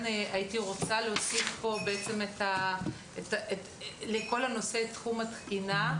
רוצה להוסיף לעניין תחום התקינה.